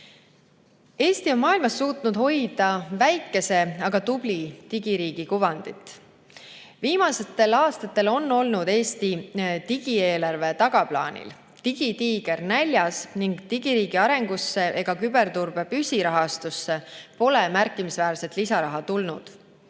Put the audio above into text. Eesti on maailmas suutnud hoida väikese, aga tubli digiriigi kuvandit. Viimastel aastatel on Eesti riigi digieelarve olnud tagaplaanil, digitiiger on näljas ning digiriigi arengusse ja küberturbe püsirahastusse pole märkimisväärset lisaraha tulnud.